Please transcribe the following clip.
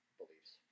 beliefs